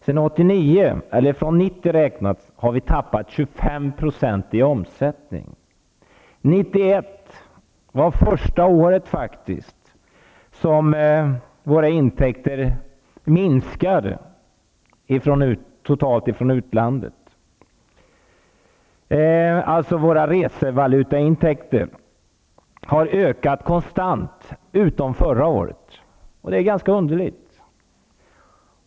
Sedan 1990 har turistbranschen förlorat 25 % i omsättning. År 1991 var första året som intänkterna från utlandet minskade totalt sett. Resevalutaintäkterna har ökat konstant, utom förra året. Det är ganska underligt.